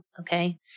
Okay